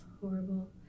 horrible